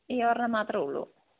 ഈ ഒരെണ്ണം മാത്രമേ ഉള്ളൂ